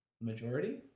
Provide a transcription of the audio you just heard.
Majority